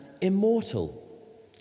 immortal